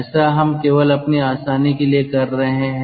ऐसा हम केवल अपनी आसानी के लिए कर रहे हैं